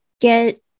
get